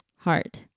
heart